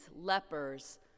lepers